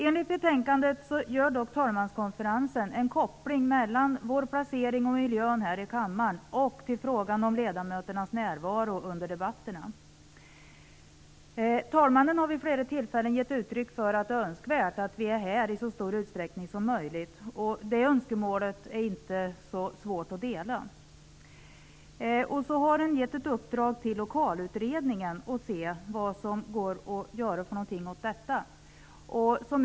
Enligt betänkandet kopplar dock talmanskonferensen ihop miljön och vår placering här i kammaren med frågan om ledamöternas närvaro under debatterna. Talmannen har vid flera tillfällen gett uttryck för att det är önskvärt att vi är här i så stor utsträckning som möjligt, och det är inte svårt att dela det önskemålet. Lokalutredningen har därför fått i uppdrag att se vad som kan göras åt detta.